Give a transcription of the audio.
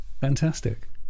Fantastic